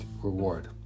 reward